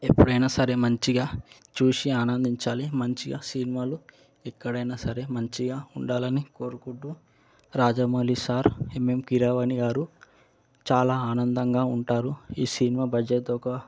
ఎప్పుడైనా సరే మంచిగా చూసి ఆనందించాలి మంచిగా సినిమాలు ఎక్కడైనా సరే మంచిగా ఉండాలని కోరుకుంటూ రాజమౌళి సార్ ఎమ్ఎమ్ కీరవాణి గారు చాలా ఆనందంగా ఉంటారు ఈ సినిమా బడ్జెట్ ఒక